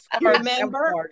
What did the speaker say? Remember